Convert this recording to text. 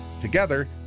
Together